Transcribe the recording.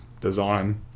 design